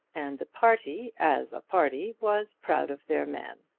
and the party as a party was proud of their man.